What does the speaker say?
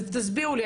תסבירו לי.